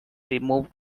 removed